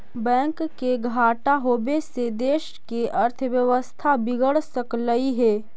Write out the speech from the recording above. bank के घाटा होबे से देश के अर्थव्यवस्था बिगड़ सकलई हे